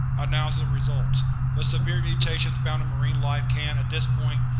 analysis of results the severe mutations found in marine life can, at this point,